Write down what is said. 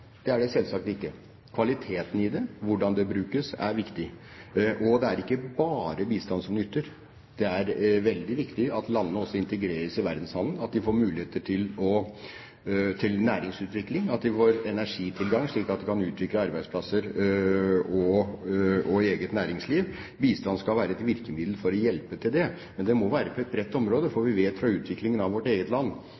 er det selvsagt ikke. Kvaliteten, og hvordan pengene brukes, er viktig. Og det er ikke bare bistand som nytter. Det er veldig viktig at landene også integreres i verdenshandelen, at de får muligheter til næringsutvikling, at de får energitilgang slik at de kan utvikle arbeidsplasser og eget næringsliv. Bistanden skal være et virkemiddel for å hjelpe til, men det må være på et bredt område, for